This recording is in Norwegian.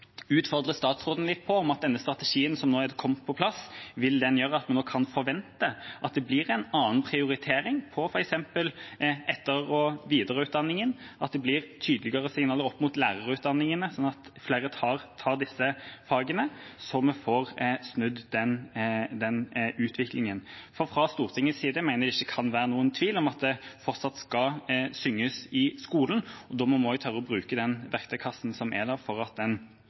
statsråden litt på denne strategien som nå er kommet på plass: Vil den gjøre at vi nå kan forvente at det blir en annen prioritering på f.eks. etter- og videreutdanningen – at det blir tydeligere signaler opp mot lærerutdanningene, slik at flere tar disse fagene og vi får snudd den utviklingen? For fra Stortingets side mener jeg det ikke kan være noen tvil om at det fortsatt skal synges i skolen, og da må vi også tørre å bruke den verktøykassen som er der, for å snu den